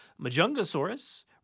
Majungasaurus